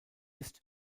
ist